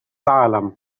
العالم